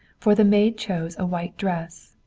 for the maid chose a white dress,